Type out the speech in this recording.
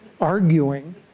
arguing